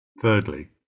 Thirdly